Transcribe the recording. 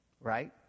Right